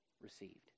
received